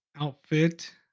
outfit